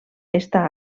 està